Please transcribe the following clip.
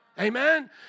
Amen